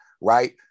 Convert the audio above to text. Right